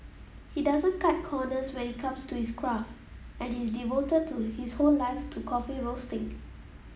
he doesn't cut corners when it comes to his craft and he's devoted to his whole life to coffee roasting